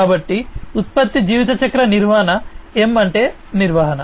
కాబట్టి ఉత్పత్తి జీవితచక్ర నిర్వహణ M అంటే నిర్వహణ